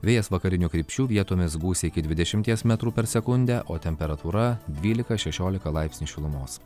vėjas vakarinių krypčių vietomis gūsiai iki dvidešimties metrų per sekundę o temperatūra dvylika šešiolika laipsnių šilumos